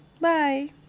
Bye